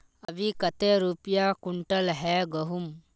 अभी कते रुपया कुंटल है गहुम?